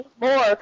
more